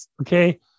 Okay